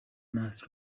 months